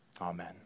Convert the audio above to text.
Amen